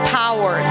power